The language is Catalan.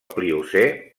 pliocè